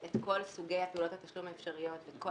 את כל סוגי פעולות התשלום האפשריות ואת כל